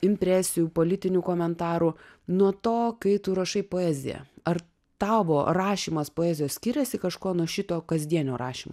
impresijų politinių komentarų nuo to kai tu rašai poeziją ar tavo rašymas poezijos skiriasi kažkuo nuo šito kasdienio rašymo